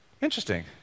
Interesting